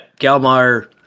Galmar